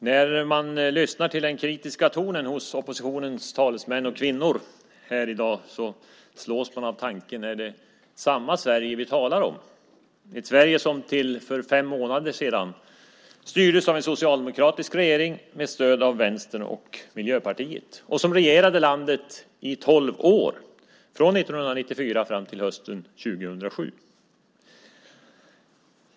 Herr talman! När man lyssnar till den kritiska tonen hos oppositionens talesmän och kvinnor här i dag slås man av tanken: Är det samma Sverige som vi talar om? Det är ett Sverige som till för fem månader sedan styrdes av en socialdemokratisk regering med stöd av Vänstern och Miljöpartiet. Socialdemokraterna regerade landet under tolv år från 1994 fram till hösten 2006.